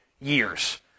years